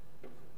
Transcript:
ורבותי,